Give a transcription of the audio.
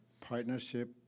partnership